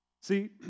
See